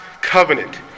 covenant